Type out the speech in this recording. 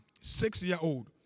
six-year-old